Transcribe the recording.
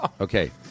Okay